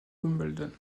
wimbledon